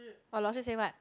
Aloysius say what